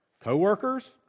co-workers